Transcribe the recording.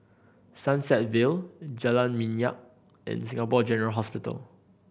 Sunset Vale Jalan Minyak and Singapore General Hospital